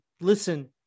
listen